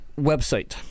website